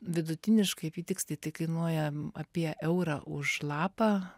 vidutiniškai apytiksliai tai kainuoja apie eurą už lapą